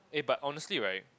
eh but honestly right